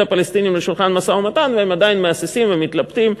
הפלסטינים לשולחן המשא-ומתן והם עדיין מהססים ומתלבטים,